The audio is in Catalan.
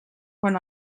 quan